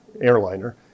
airliner